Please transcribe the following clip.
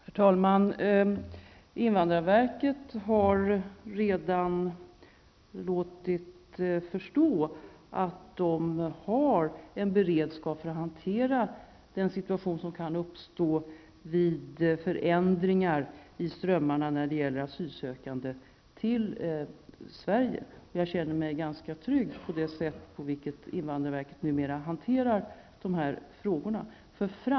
Herr talman! Invandrarverket har redan låtit förstå att man har en beredskap när det gäller att hantera den situation som kan uppstå vid förändringar i strömmarna när det gäller asylsökande som kommer till Sverige. Jag känner mig ganska trygg beträffande det sätt på vilket invandrarverket numera hanterar de här frågorna.